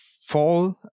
fall